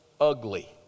ugly